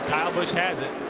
busch has it,